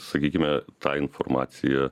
sakykime ta informacija